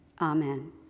amen